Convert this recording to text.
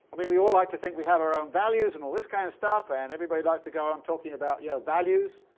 we we all like to think we have our own values and this kind of stuff, and everybody likes to go on talking about yeah values.